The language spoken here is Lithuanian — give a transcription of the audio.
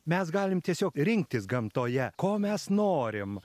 mes galim tiesiog rinktis gamtoje ko mes norim